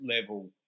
level